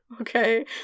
okay